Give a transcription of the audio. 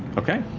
okay.